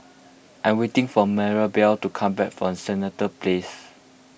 I'm waiting for Marybelle to come back from Senett Place